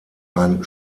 ein